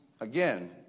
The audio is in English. Again